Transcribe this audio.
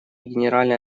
генеральной